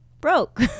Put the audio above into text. broke